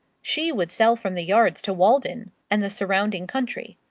she would sell from the yards to walden and the surrounding country.